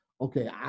okay